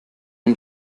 dem